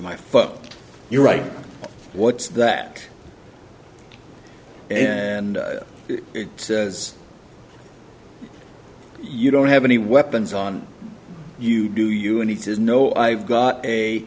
my phone you're right what's that and says you don't have any weapons on you do you and he says no i've got a